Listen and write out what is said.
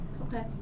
Okay